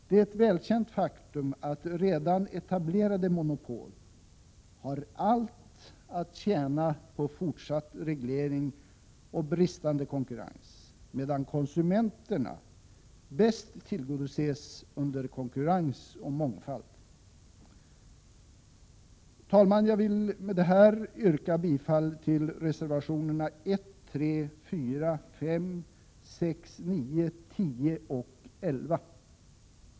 Det är ett välkänt faktum att redan etablerade monopol har allt att tjäna på fortsatt reglering och bristande konkurrens, medan konsumenterna bäst tillgodoses under konkurrens och mångfald. Herr talman! Jag vill med detta yrka bifall till reservationerna 1,3, 4,5, 6, 9, 10 och 11.